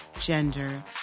gender